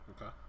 Okay